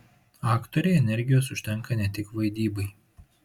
aktorei energijos užtenka ne tik vaidybai